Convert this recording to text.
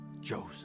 Joseph